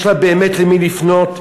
יש לה באמת למי לפנות,